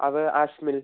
അത് ആഷ്മിൻ